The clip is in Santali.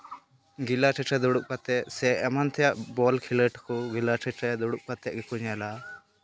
ᱜᱮᱞᱟᱨᱤ ᱨᱮ ᱫᱩᱲᱩᱵ ᱠᱟᱛᱮᱫ ᱥᱮ ᱮᱢᱟᱱ ᱛᱮᱭᱟᱜ ᱵᱚᱞ ᱠᱷᱮᱞᱚᱸᱰ ᱠᱚ ᱜᱮᱞᱟᱨᱤᱨᱮ ᱫᱩᱲᱩᱵ ᱠᱟᱛᱮᱫ ᱜᱮᱠᱚ ᱧᱮᱞᱟ